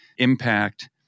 impact